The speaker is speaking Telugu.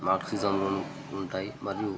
మార్క్సిజంలోనూ ఉంటాయి మరియు